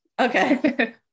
Okay